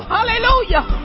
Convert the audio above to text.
Hallelujah